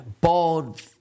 bald